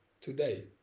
today